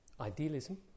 idealism